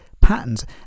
patterns